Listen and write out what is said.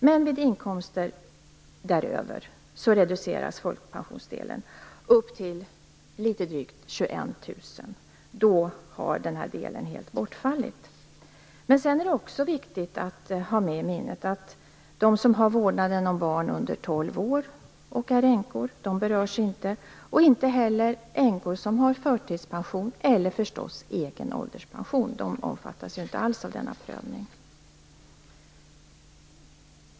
Men vid inkomster däröver reduceras folkpensionsdelen vid en inkomst upp till litet drygt 21 000 kr, då den delen helt har bortfallit. Sedan är det också viktigt att ha med i minnet att de som har vårdnaden av barn under tolv år och är änkor inte berörs, och inte heller änkor som har förtidspension eller egen ålderspension. De omfattas inte alls av denna prövning.